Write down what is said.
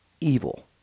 evil